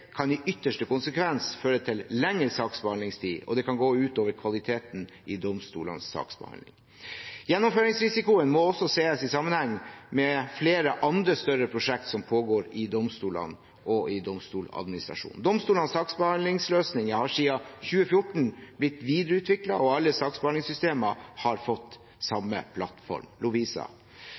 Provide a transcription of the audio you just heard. kan i ytterste konsekvens føre til lengre saksbehandlingstid, og det kan gå ut over kvaliteten i domstolenes saksbehandling. Gjennomføringsrisikoen må også ses i sammenheng med flere andre større prosjekt som pågår i domstolene og i Domstoladministrasjonen. Domstolenes saksbehandlingsløsning har siden 2014 blitt videreutviklet, og alle saksbehandlingssystemer har fått samme plattform, Lovisa.